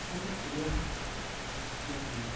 অসমত ক্ৰীয়া সংস্কৃতি